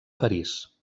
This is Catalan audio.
parís